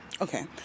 Okay